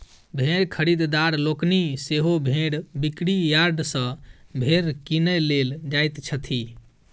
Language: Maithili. भेंड़ खरीददार लोकनि सेहो भेंड़ बिक्री यार्ड सॅ भेंड़ किनय लेल जाइत छथि